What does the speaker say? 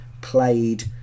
played